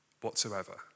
whatsoever